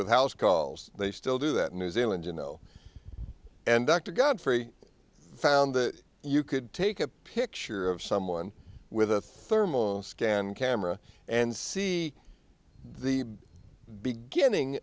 with house calls they still do that in new zealand you know and dr godfrey found that you could take a picture of someone with a thermal scan camera and see the beginning